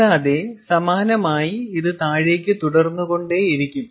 കൂടാതെ സമാനമായി ഇത് താഴേക്ക് തുടർന്നുകൊണ്ടേയിരിക്കും